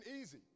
easy